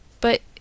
But